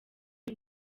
y’u